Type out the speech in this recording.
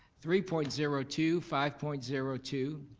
three point zero two, five point zero two,